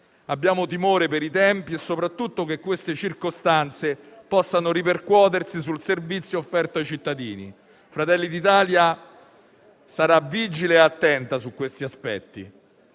Abbiamo timore per i tempi e soprattutto temiamo che queste circostanze possano ripercuotersi sul servizio offerto ai cittadini. Fratelli d'Italia sarà vigile e attenta su tali aspetti.